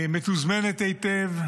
מתוזמנת היטב,